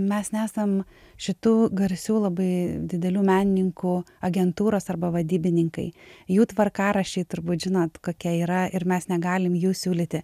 mes nesam šitų garsių labai didelių menininkų agentūros arba vadybininkai jų tvarkaraščiai turbūt žinot kokia yra ir mes negalim jų siūlyti